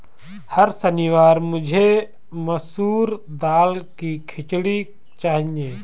हर शनिवार मुझे मसूर दाल की खिचड़ी चाहिए